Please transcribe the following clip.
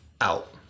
out